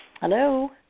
Hello